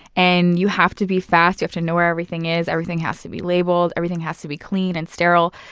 and you have to be fast. you have to know where everything is. everything has to be labeled. everything has to be clean and sterile.